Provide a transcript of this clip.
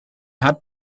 hat